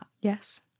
Yes